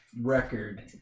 record